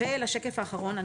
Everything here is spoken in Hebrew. נעבור לשקף האחרון.